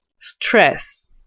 stress